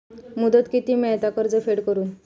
मुदत किती मेळता कर्ज फेड करून?